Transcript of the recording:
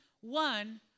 one